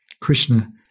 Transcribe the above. Krishna